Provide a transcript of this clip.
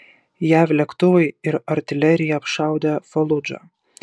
jav lėktuvai ir artilerija apšaudė faludžą